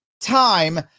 time